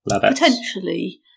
Potentially